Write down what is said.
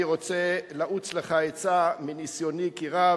אני רוצה לעוץ לך עצה מניסיוני כי רב,